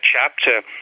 chapter